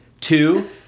two